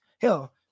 Hell